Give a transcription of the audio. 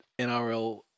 NRL